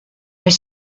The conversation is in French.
est